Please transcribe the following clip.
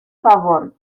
favor